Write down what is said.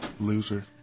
loser